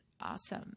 Awesome